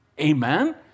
Amen